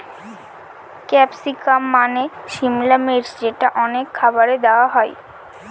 capsicum মানে সিমলা মির্চ যেটা অনেক খাবারে দেওয়া হয়